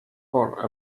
for